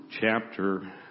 chapter